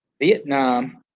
Vietnam